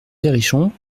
perrichon